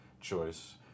choice